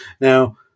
Now